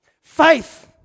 faith